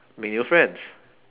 make new friends